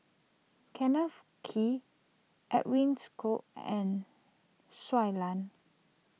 Kenneth Kee Edwin's Koek and Shui Lan